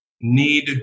need